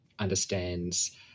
understands